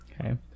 Okay